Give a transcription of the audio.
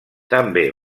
també